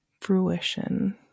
fruition